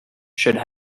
should